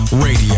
Radio